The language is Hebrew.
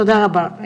תודה רבה.